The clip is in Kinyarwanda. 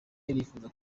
irifuza